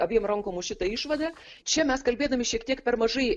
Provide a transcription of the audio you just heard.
abiem rankom už šitą išvadą čia mes kalbėdami šiek tiek per mažai